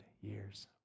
years